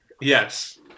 yes